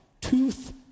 tooth